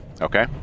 Okay